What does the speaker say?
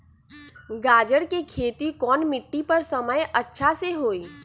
गाजर के खेती कौन मिट्टी पर समय अच्छा से होई?